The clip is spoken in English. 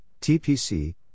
TPC